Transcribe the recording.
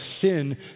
sin